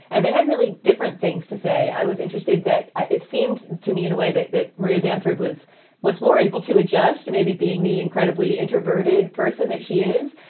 and they had really different things to say. i was interested that ah it seemed to me in a way that that maria bamford was was more able to adjust to maybe being the incredibly introverted person that she is.